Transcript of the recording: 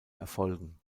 erfolgen